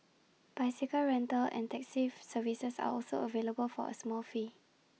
bicycle rental and taxi services are also available for A small fee